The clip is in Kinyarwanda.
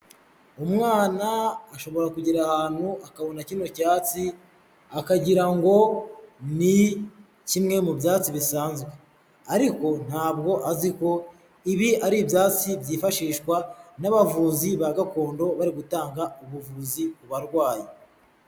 Umwana ashobora kugera ahantu akabona kino cyatsi akagirango ngo ni kimwe mu byatsi bisanzwe ariko ntabwo azi ko ibi ari ibyatsi byifashishwa n'abavuzi ba gakondo bari gutanga ubuvuzi ku barwayi.